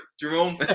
Jerome